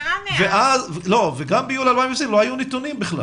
וגם אז לא היו נתונים.